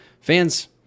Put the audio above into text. fans